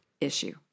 issue